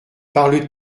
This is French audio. parle